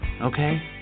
Okay